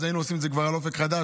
היינו עושים את זה על אופק חדש,